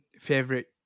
favorite